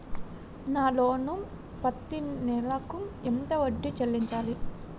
నా లోను పత్తి నెల కు ఎంత వడ్డీ చెల్లించాలి?